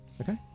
Okay